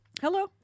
Hello